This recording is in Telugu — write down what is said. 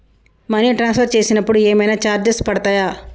మనీ ట్రాన్స్ఫర్ చేసినప్పుడు ఏమైనా చార్జెస్ పడతయా?